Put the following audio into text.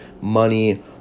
money